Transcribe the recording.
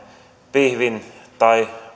pihvin tai